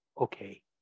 okay